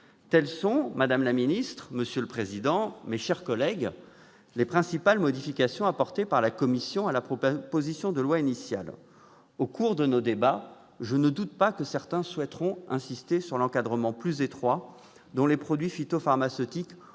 président, madame la ministre, mes chers collègues, les principales modifications apportées par la commission à la proposition de loi initiale. Au cours de nos débats, je ne doute pas que certains souhaiteront insister sur l'encadrement plus étroit dont les produits phytopharmaceutiques ont progressivement